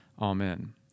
Amen